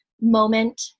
moment